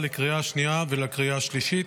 לקריאה השנייה ולקריאה השלישית.